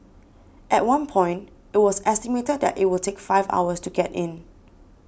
at one point it was estimated that it would take five hours to get in